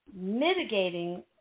mitigating